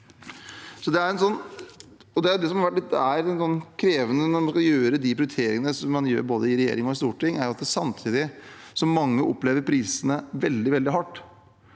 litt krevende når man skal gjøre de prioriteringene man gjør, både i regjering og storting, er at samtidig som mange opplever prisene veldig, veldig hardt,